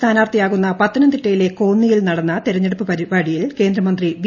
സ്ഥാനാർത്ഥിയാകുന്ന പത്തനംതിട്ടയിലെ കോന്നിയിൽ നടന്ന തിരഞ്ഞെടുപ്പ് പരിപാടിയിൽ കേന്ദ്രമന്ത്രി വി